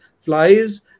flies